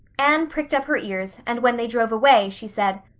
anne pricked up her ears, and when they drove away she said.